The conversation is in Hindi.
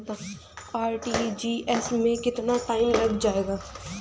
आर.टी.जी.एस में कितना टाइम लग जाएगा?